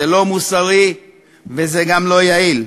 זה לא מוסרי וזה גם לא יעיל.